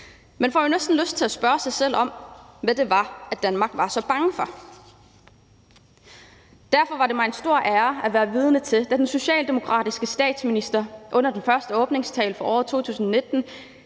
Man får jo næsten lyst til at spørge sig selv om, hvad det var, Danmark var så bange for. Derfor var det mig en stor ære at være vidne, da den socialdemokratiske statsminister under sin første åbningstale for året 2019